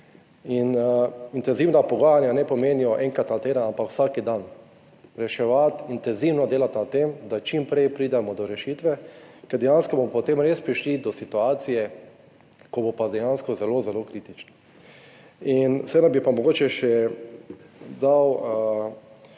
intenzivna pogajanja ne pomenijo enkrat na teden, ampak vsak dan reševati, intenzivno delati na tem, da čim prej pridemo do rešitve, ker dejansko bomo potem res prišli do situacije, ko bo pa dejansko zelo zelo kritično. Mogoče bi še dodal